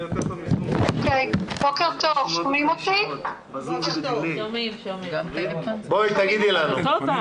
כללית עם מד"א וגם כל פיילוט כזה בהחלט יכול להבחן על פי